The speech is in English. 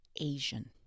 Asian